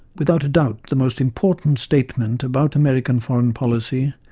without a doubt, the most important statement about american foreign policy,